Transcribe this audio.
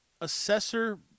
assessor